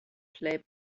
play